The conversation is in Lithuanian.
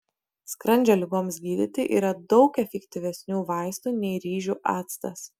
skrandžio ligoms gydyti yra daug efektyvesnių vaistų nei ryžių actas